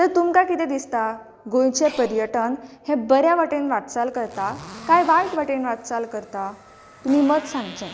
तर तुमकां कितें दिसता गोंयचें पर्यटन हें बरे वटेन वाटचाल करता काय वायट वटेन वाटचाल करता तुमी मत सांगचें